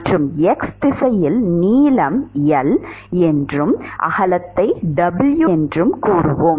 மற்றும் x திசையில் நீளம் L என்றும் அகலத்தை W என்றும் கூறுவோம்